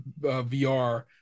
VR